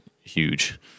huge